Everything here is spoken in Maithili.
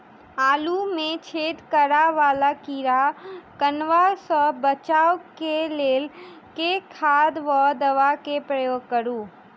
आलु मे छेद करा वला कीड़ा कन्वा सँ बचाब केँ लेल केँ खाद वा दवा केँ प्रयोग करू?